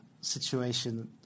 situation